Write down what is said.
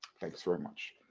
thanks very much.